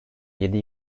yedi